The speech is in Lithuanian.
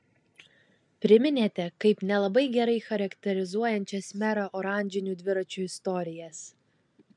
priminėte kaip nelabai gerai charakterizuojančias merą oranžinių dviračių istorijas